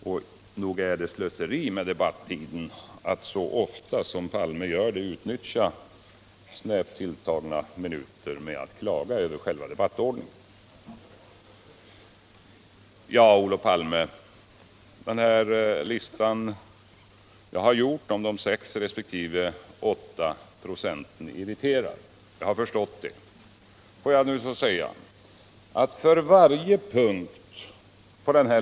Och nog är det slöseri med debattiden att så ofta som Olof Palme gör det utnyttja snävt tilltagna minuter med att klaga över själva debattordningen. Den lista jag har gjort över de sex resp. åtta procenten irriterar — jag har förstått det — Olof Palme.